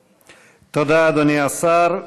תודה, אדוני השר.